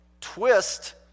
twist